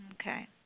Okay